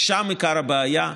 שם עיקר הבעיה.